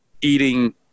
eating